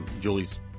Julie's